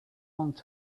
last